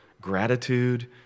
gratitude